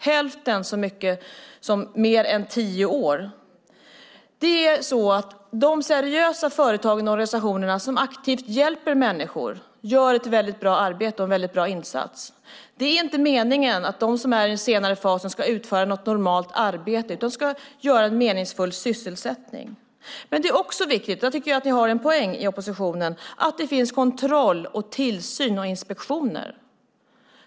Många har varit det i mer än tio år. De seriösa företag och organisationer som aktivt hjälper människor gör ett väldigt bra arbete och en väldigt bra insats. Det är inte meningen att de som är i den senare fasen ska utföra något normalt arbete. De ska ha en meningsfull sysselsättning. Men det är också viktigt - där tycker jag att ni i oppositionen har en poäng - att det finns kontroll, tillsyn och inspektioner.